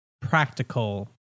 practical